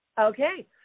Okay